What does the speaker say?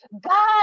God